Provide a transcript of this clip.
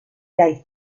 jay